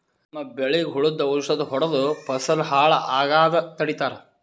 ನಮ್ಮ್ ಬೆಳಿಗ್ ಹುಳುದ್ ಔಷಧ್ ಹೊಡ್ದು ಫಸಲ್ ಹಾಳ್ ಆಗಾದ್ ತಡಿತಾರ್